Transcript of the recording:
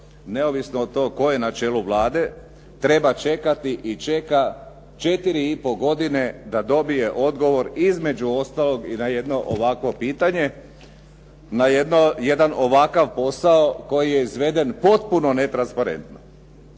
neovisno o tome tko je na čelu Vlade treba čekati i čeka četiri i pol godine da dobije odgovor između ostaloga i na jedno ovakvo pitanje. Na jedan ovakav posao koji je izveden potpuno netransparentno.